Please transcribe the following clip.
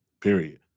Period